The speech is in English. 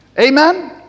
Amen